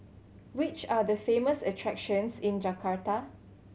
which are the famous attractions in Jakarta